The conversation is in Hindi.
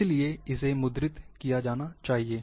इसलिए इसे मुद्रित किया जाना चाहिए